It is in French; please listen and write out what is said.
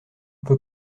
peut